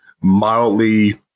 mildly